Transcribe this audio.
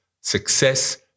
Success